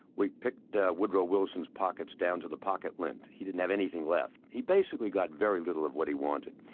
we picked ah woodrow wilson's pockets down to the pocket lint, he didn't have anything left. he basically got very little of what he wanted.